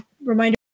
Remind